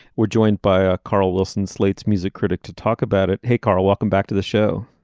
we're joined by ah carl wilson slate's music critic to talk about it. hey carl welcome back to the show.